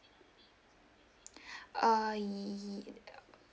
uh y~ err